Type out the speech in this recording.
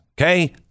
okay